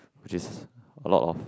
which is a lot of